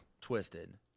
Twisted